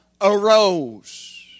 arose